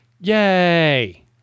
yay